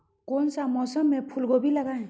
कौन सा मौसम में फूलगोभी लगाए?